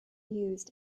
used